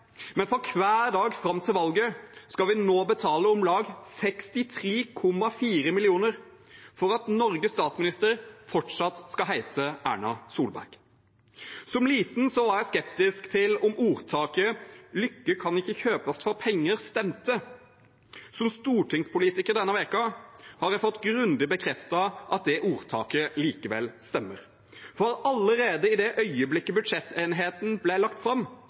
Men for hver dag fram til valget skal vi nå betale om lag 63,4 mill. kr for at Norges statsminister fortsatt skal hete Erna Solberg. Som liten var jeg skeptisk til om ordtaket «Lykke kan ikke kjøpes for penger» stemte. Som stortingspolitiker denne uken har jeg fått grundig bekreftet at det ordtaket likevel stemmer, for allerede i det øyeblikket budsjettenigheten ble lagt fram,